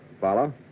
Follow